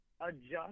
adjust